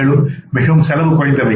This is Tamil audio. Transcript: மேலும் மிகவும் செலவு குறைந்தவை